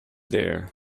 there